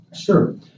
Sure